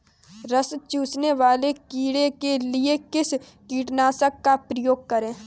रस चूसने वाले कीड़े के लिए किस कीटनाशक का प्रयोग करें?